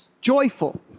joyful